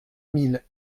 mille